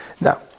Now